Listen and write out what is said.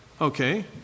Okay